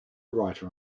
writer